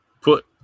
Put